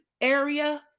area